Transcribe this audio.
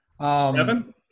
Seven